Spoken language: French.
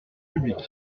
publics